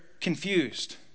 confused